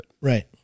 Right